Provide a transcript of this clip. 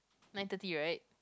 nine thirty right